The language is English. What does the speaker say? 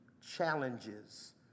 challenges